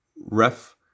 Ref